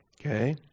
Okay